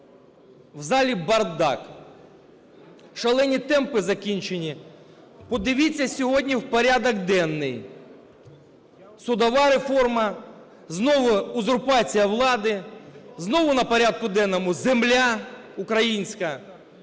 в залі бардак, шалені темпи закінчені. Подивіться сьогодні в порядок денний: судова реформа, знову узурпація влади, знову на порядку денному земля українська,